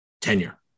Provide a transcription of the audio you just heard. tenure